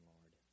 Lord